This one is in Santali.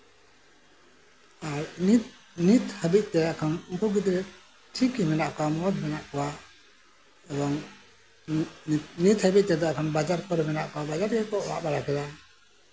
ᱟᱨ ᱱᱤᱛ ᱱᱤᱛ ᱦᱟᱹᱵᱤᱡᱛᱮ ᱩᱱᱠᱩ ᱜᱤᱫᱽᱨᱟᱹ ᱴᱷᱤᱠ ᱜᱮ ᱢᱮᱱᱟᱜ ᱠᱚᱣᱟ ᱢᱚᱸᱡ ᱢᱮᱱ ᱟᱜ ᱠᱚᱣᱟ ᱮᱵᱚᱝ ᱱᱤᱛ ᱦᱟᱹᱵᱤᱡ ᱛᱮᱫᱚ ᱵᱟᱡᱟᱨ ᱠᱚᱨᱮᱜ ᱢᱮᱱᱟᱜ ᱵᱟᱡᱟᱨ ᱨᱮᱜᱮ ᱠᱚ ᱚᱲᱟᱜ ᱵᱟᱲᱟ ᱠᱮᱫᱟ